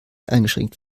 eingeschränkt